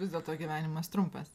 vis dėlto gyvenimas trumpas